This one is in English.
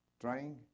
trying